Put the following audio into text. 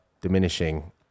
diminishing